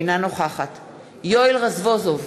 אינה נוכחת יואל רזבוזוב,